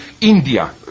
India